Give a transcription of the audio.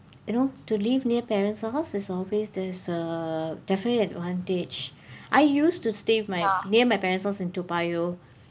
you know to live near parents of course there's always there's a definite advantage I used to stay with my near my parents' house in toa payoh